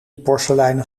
porseleinen